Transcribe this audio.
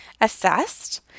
assessed